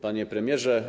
Panie Premierze!